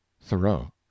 thoreau